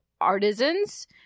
artisans